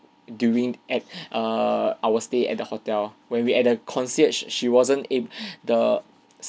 during at err our stay at the hotel where we at the concierge she wasn't in the